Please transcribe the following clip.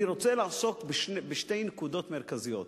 אני רוצה לעסוק בשתי נקודות מרכזיות,